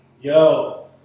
yo